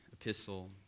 epistle